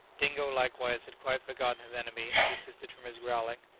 dingo likewise had quite forgotten his enemy, and desisted from his growling.